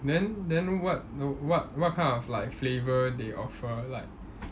then then what n~ what what kind like flavour they offer like